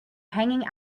hanging